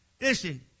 Listen